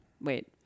Wait